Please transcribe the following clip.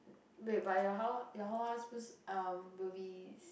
wait but your house~ your whole house bu shi~ will be